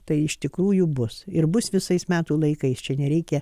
tai iš tikrųjų bus ir bus visais metų laikais čia nereikia